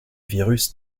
virus